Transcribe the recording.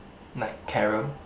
like carom